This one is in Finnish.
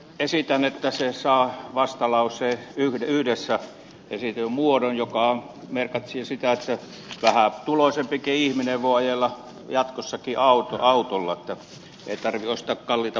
ehdotan että pykälä saa vastalauseessa esitetyn muodon mikä merkitsee sitä että vähätuloisempikin ihminen voi ajella jatkossakin autolla ettei tarvitse ostaa kalliita polttoaineita